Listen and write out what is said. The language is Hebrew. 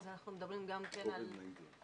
אנחנו מדברים גם כן על הריסה?